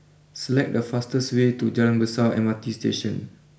select the fastest way to Jalan Besar M R T Station